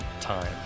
time